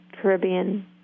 Caribbean